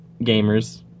gamers